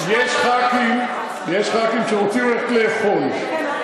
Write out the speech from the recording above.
יש חברי כנסת שרוצים ללכת לאכול.